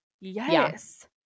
Yes